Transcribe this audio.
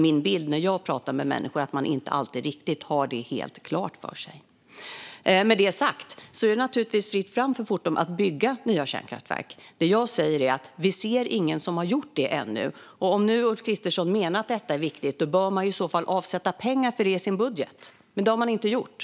Min bild, utifrån samtal med människor, är att alla inte riktigt har detta helt klart för sig. Med det sagt är det naturligtvis fritt fram för Fortum att bygga nya kärnkraftverk. Vad jag säger är att vi inte ser någon som hittills har gjort det. Om Ulf Kristersson menar att detta är viktigt bör han i så fall avsätta pengar för det i sin budget, men det har han inte gjort.